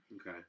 Okay